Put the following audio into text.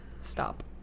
stop